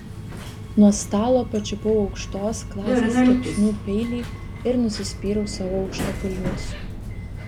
nuo stalo pačiupau aukštos klasės kepsnių peilį ir nusispyriau savo aukštakulnius